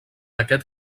aquest